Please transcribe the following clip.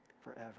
forever